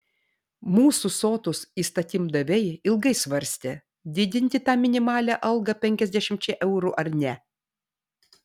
mūsų sotūs įstatymdaviai ilgai svarstė didinti tą minimalią algą penkiasdešimčia eurų ar ne